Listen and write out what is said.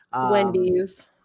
Wendy's